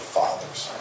fathers